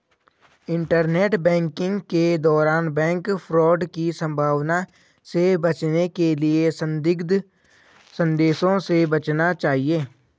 internet banking के दौरान bank fraud की संभावना से बचने के लिए संदिग्ध संदेशों से बचना चाहिए